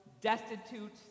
destitute